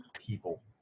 people